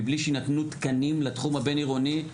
מבלי שיינתנו תקנים לתחום הבין עירוני.